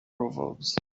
proverbs